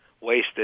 wasted